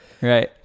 Right